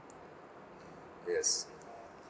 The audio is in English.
yes